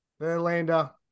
Verlander